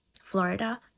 Florida